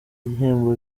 ibihembo